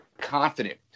confident